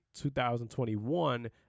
2021